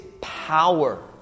power